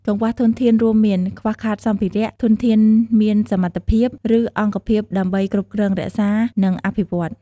កង្វះធនធានរួមមាន ខ្វះខាតសម្ភារៈ ធនធានមានសមត្ថភាព ឬអង្គភាពដើម្បីគ្រប់គ្រង រក្សា និងអភិវឌ្ឍ។